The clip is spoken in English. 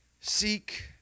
seek